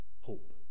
Hope